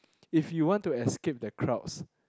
if you want to escape the crowds